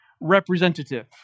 representative